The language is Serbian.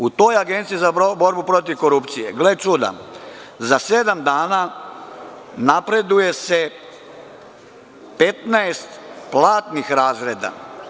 U toj Agenciji za borbu protiv korupcije, gle čuda, za sedam dana napreduje se 15 platnih razreda.